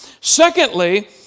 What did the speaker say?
Secondly